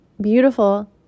beautiful